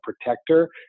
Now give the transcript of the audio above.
protector